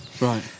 Right